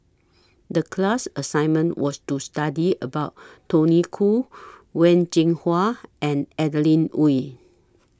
The class assignment was to study about Tony Khoo Wen Jinhua and Adeline Ooi